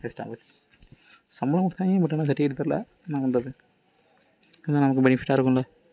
வேஸ்ட்டாக போச்சு சம்பளம் கொடுத்துட்டாய்ங்க பட் ஆனால் சர்டிஃபிகேட்டு தரல என்ன பண்ணுறது ஏன்னால் நமக்கு பெனிஃபிட்டாக இருக்கும்ல